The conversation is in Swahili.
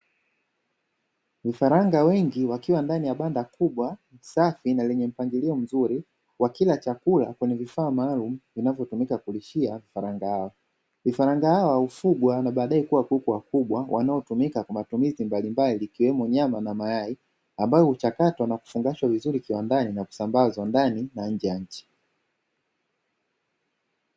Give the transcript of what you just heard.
Vifaranga wengi wakiwa ndani banda kubwa safi na lenye mpangilio mzuri wakila chakula kwenye vifaa maalumu vinavyotumika kulishia vifaranga hawa. Vifaranga hawa hufugwa na baadae kuwa kuku kubwa wanaotumika kwa matumizi mbalimbali ikiwemo nyama na mayai, ambayo huchakatwa na kufungashwa vizuri kiwandani na kusambazwa ndani na nje ya nchi.